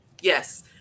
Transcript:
Yes